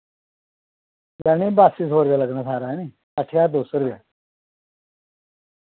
जानी बास्सी सौ रपेआ लग्गना सारा हैनी अट्ठ ज्हार दो सौ रपेआ